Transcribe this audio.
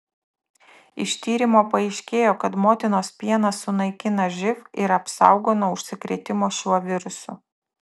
iš tyrimo paaiškėjo kad motinos pienas sunaikina živ ir apsaugo nuo užsikrėtimo šiuo virusu